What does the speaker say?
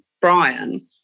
Brian